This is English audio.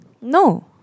No